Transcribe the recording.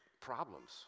problems